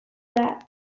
that